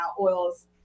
oils